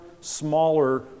smaller